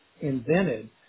invented